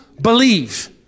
believe